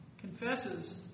confesses